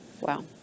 Wow